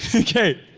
okay.